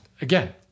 again